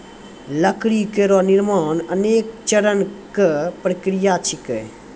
लकड़ी केरो निर्माण अनेक चरण क प्रक्रिया छिकै